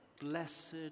blessed